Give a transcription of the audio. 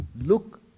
look